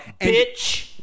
Bitch